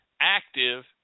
active